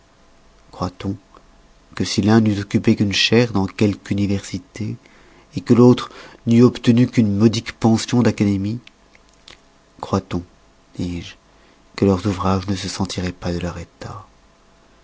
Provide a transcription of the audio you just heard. croit-on que si l'un n'eût occupé qu'une chaire dans quelque université que l'autre n'eût obtenu qu'une modique pension d'académie croit-on dis-je que leurs ouvrages ne se sentiroient pas de leur état